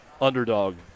underdog